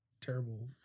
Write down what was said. terrible